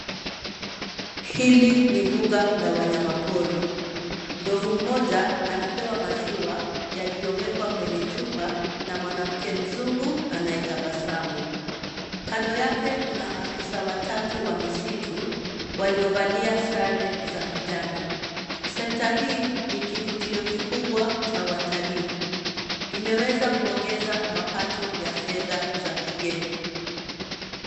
Hili ni mbuga la wanyama pori, ndovu mmoja anapewa maziwa yaliyowekwa kwenye chupa na mwanamke mzungu anayetabasamu. Kando yake kuna afisa watatu wa misitu, waliovalia sare za kijani. Sekta hii ni kivutio kikubwa cha watalii. Imeweza kuongeza mapato ya fedha za kigeni.